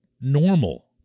normal